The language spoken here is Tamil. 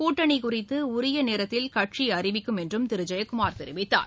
கூட்டணி குறித்து உரிய நேரத்தில் கட்சி அறிவிக்கும் என்றும் திரு ஜெயக்குமார் தெரிவித்தார்